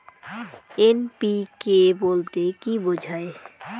NPK বলতে কী বোঝায়?